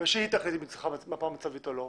ושהיא תחליט אם היא צריכה מפה מצבית או לא.